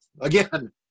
Again